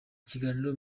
kiganiro